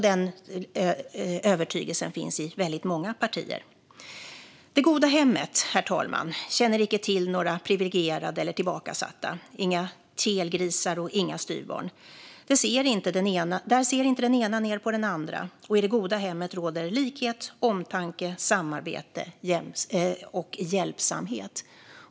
Den övertygelsen finns i väldigt många partier. Herr talman! "Det goda hemmet känner icke till några privilegierade eller tillbakasatta, inga kelgrisar och inga styvbarn. Där ser icke den ene ner på den andre . I det goda hemmet råder likhet, omtanke, samarbete, hjälpsamhet."